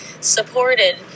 supported